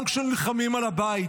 גם כשנלחמים על הבית,